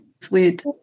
sweet